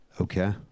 Okay